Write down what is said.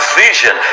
vision